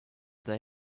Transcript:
they